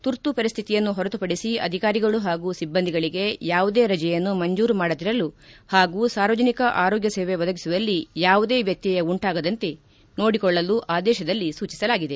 ತುರ್ತು ಪರಿಸ್ಥಿತಿಯನ್ನು ಹೊರತುಪಡಿಸಿ ಅಧಿಕಾರಿಗಳು ಹಾಗೂ ಸಿಬ್ಬಂದಿಗಳಿಗೆ ಯಾವುದೇ ರಜೆಯನ್ನು ಮಂಜೂರು ಮಾಡದಿರಲು ಹಾಗೂ ಸಾರ್ವಜನಿಕ ಆರೋಗ್ಯ ಸೇವೆ ಒದಗಿಸುವಲ್ಲಿ ಯಾವುದೇ ವ್ಣತ್ಣಯ ಉಂಟಾಗದಂತೆ ನೋಡಿಕೊಳ್ಳಲು ಆದೇಶದಲ್ಲಿ ಸೂಚಿಸಲಾಗಿದೆ